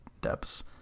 Depths